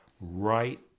right